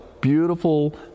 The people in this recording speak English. beautiful